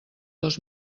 dos